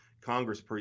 Congress